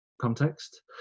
context